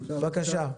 בבקשה.